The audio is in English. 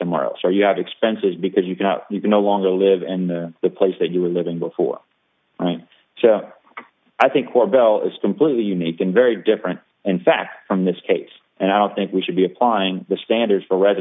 somewhere else or you have expenses because you cannot you can no longer live and the place that you were living before i mean i think corbell is completely unique and very different in fact from this case and i don't think we should be applying the standard for r